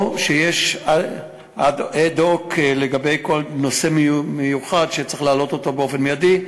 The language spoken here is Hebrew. או שיש כינוס אד-הוק לגבי נושא מיוחד שצריך להעלות באופן מיידי,